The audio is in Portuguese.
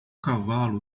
cavalo